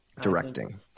Directing